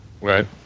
Right